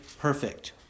perfect